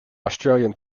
australian